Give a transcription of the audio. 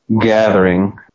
gathering